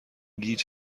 گیج